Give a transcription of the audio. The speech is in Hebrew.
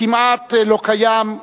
כמעט לא קיים,